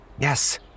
Yes